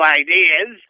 ideas